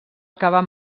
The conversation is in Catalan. acabar